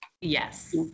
Yes